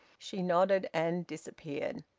she nodded and disappeared.